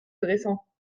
dressant